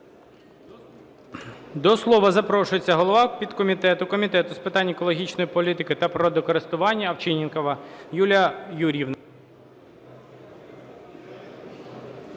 До слова запрошується голова підкомітету Комітету з питань екологічної політики та природокористування Овчинникова Юлія Юріївна.